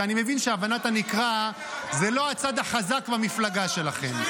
ואני מבין שהבנות הנקרא זה לא הצד החזק במפלגה שלכם.